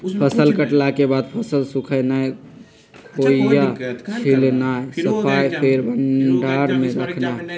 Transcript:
फसल कटला के बाद फसल सुखेनाई, खोइया छिलनाइ, सफाइ, फेर भण्डार में रखनाइ